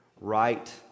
right